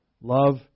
love